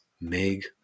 meg